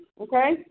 Okay